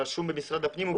רשום במשרד הפנים,